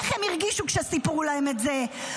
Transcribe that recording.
איך הן הרגישו כשסיפרו להן את זה,